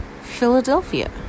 Philadelphia